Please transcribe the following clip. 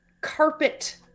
carpet